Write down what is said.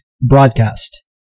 broadcast